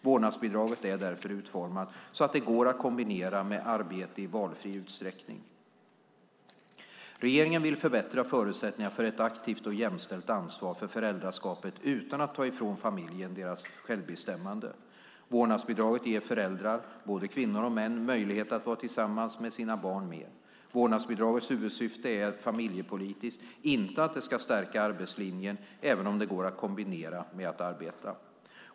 Vårdnadsbidraget är därför utformat så att det går att kombinera med arbete i valfri utsträckning. Regeringen vill förbättra förutsättningarna för ett aktivt och jämställt ansvar för föräldraskapet utan att ta ifrån familjerna deras självbestämmande. Vårdnadsbidraget ger föräldrar - både kvinnor och män - möjlighet att vara tillsammans med sina barn mer. Vårdnadsbidragets huvudsyfte är familjepolitiskt, inte att det ska stärka arbetslinjen även om det går att kombinera med arbete.